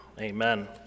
Amen